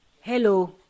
Hello